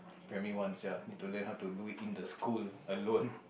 in primary one sia had to learn how to do it in the school alone